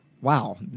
Wow